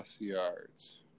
yards